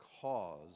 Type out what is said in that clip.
cause